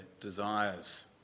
desires